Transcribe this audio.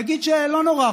נגיד: לא נורא,